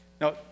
Now